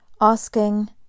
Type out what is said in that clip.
asking